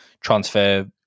transfer